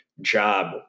job